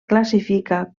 classifica